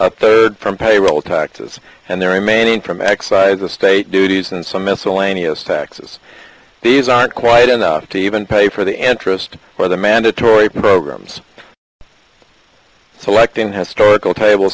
a third from payroll taxes and the remaining from excise the state duties and some miscellaneous taxes these aren't quite enough to even pay for the interest for the mandatory programs selecting historical table